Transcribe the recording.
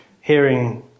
hearing